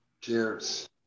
Cheers